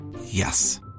Yes